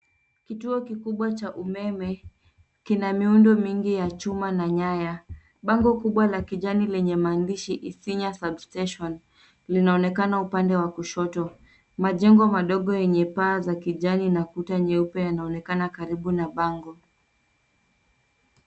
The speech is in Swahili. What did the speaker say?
Kituo kikubwa cha umeme kina miundo mingi ya chuma na nyaya. Bango kubwa la kijana lenye maandishi Isinya Substation linaonekana upande wa kushoto. Majengo madogo yenye paa za kijani na kuta nyeupe yanaonekana karibu na bango.